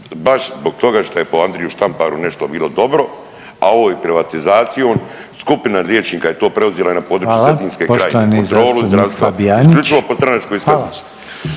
Baš zbog toga što je po Andriju Štamparu nešto bilo dobro, a ovom privatizacijom skupina liječnika je to preuzela na području Cetinske krajine, .../Upadica: Hvala, poštovani zastupnik Fabijanić./...